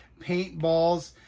paintballs